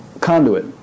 conduit